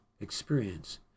experience